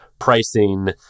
pricing